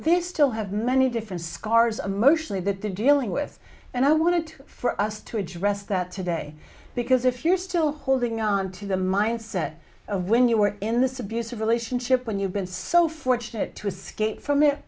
they still have many different scars emotionally that they dealing with and i wanted for us to address that today because if you're still holding on to the mindset of when you were in this abusive relationship when you've been so fortunate to escape from it